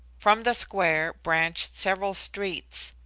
from the square branched several streets,